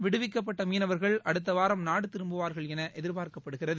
விடுவிக்கப்பட்ட மீனவர்கள் அடுத்தவாரம் நாடு திரும்புவார்கள் என எதிர்பார்க்கப்படுகிறது